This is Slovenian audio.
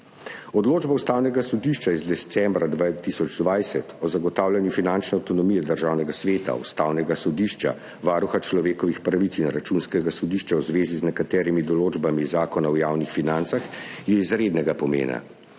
Odločba Ustavnega sodišča iz decembra 2020 o zagotavljanju finančne avtonomije Državnega sveta, Ustavnega sodišča, Varuha človekovih pravic in Računskega sodišča v zvezi z nekaterimi določbami Zakona o javnih financah je izrednega pomena.